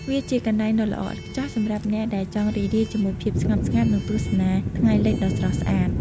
វាជាកន្លែងដ៏ល្អឥតខ្ចោះសម្រាប់អ្នកដែលចង់រីករាយជាមួយភាពស្ងប់ស្ងាត់ និងទស្សនាថ្ងៃលិចដ៏ស្រស់ស្អាត។